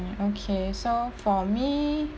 okay so for me